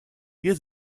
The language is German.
ihr